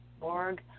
org